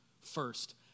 first